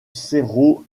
cerro